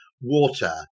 water